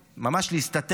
להסתתר,